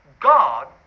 God